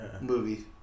Movie